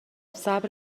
صبر